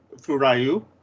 furayu